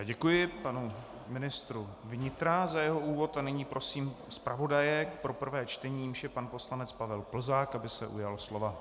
Děkuji panu ministru vnitra za jeho úvod a nyní prosím zpravodaje pro prvé čtení, jímž je pan poslanec Pavel Plzák, aby se ujal slova.